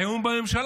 היום הוא בממשלה,